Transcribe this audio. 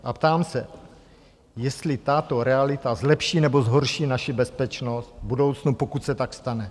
A ptám se, jestli tato realita zlepší, nebo zhorší naši bezpečnost v budoucnu, pokud se tak stane?